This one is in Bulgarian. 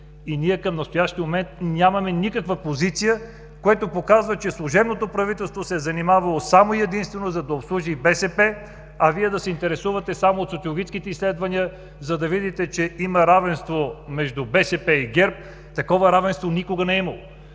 ред. Към настоящия момент нямаме никаква позиция, което показва, че служебното правителство се е занимавало само и единствено с това да обслужи БСП, а Вие се интересувате само от социологическите изследвания, за да видите, че има равенство между БСП и ГЕРБ. Такова равенство никога не е имало!